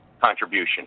contribution